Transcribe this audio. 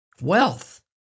wealth